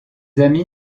amis